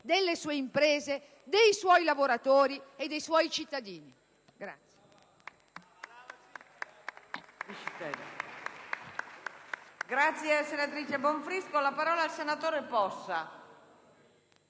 delle sue imprese, dei suoi lavoratori e dei suoi cittadini.